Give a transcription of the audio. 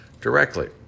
directly